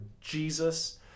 Jesus